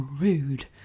rude